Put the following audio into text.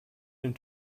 den